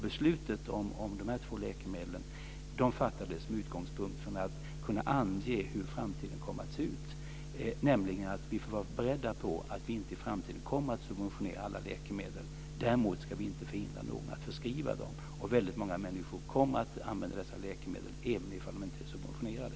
Besluten om dessa två läkemedel fattades med utgångspunkt från att vi ville kunna ange hur framtiden kommer att se ut. Vi får vara beredda på att vi inte i framtiden kommer att subventionera alla läkemedel. Däremot ska vi inte förhindra någon att förskriva dem. Väldigt många människor kommer att använda dessa läkemedel trots att de inte är subventionerade.